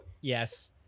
Yes